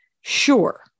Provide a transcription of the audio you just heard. sure